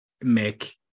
make